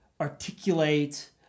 articulate